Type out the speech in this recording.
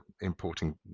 importing